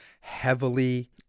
heavily